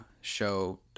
show